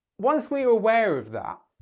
once we are aware of that,